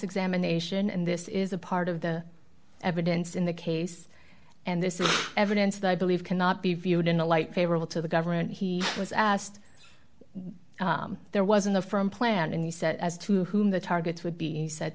examination and this is a part of the evidence in the case and this is evidence that i believe cannot be viewed in a light favorable to the government he was asked there wasn't a firm plan in the set as to whom the targets would be said